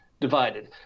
divided